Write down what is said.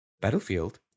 Battlefield